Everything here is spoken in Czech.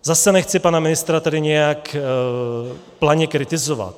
Zase nechci pana ministra tady nějak planě kritizovat.